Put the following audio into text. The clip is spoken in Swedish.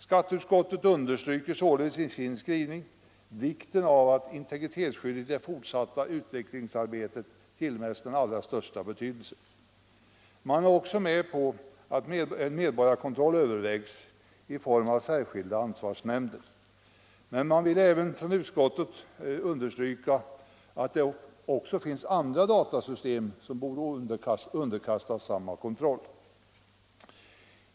Skatteutskottet understryker således i sin skrivning vikten av att integritetsskyddet i det fortsatta utvecklingsarbetet tillmäts den allra största betydelse. Man är också med på att en medborgarkontroll övervägs i form av särskilda ansvarsnämnder. Men man vill även från utskottet understryka att det också finns andra datasystem som borde underkastas samma kontroll.